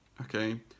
Okay